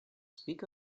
speak